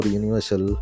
universal